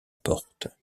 porte